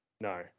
No